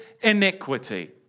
iniquity